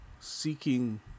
seeking